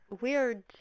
weird